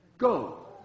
Go